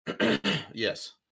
Yes